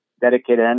dedicated